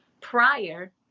prior